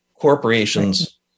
Corporations